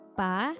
pa